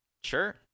Sure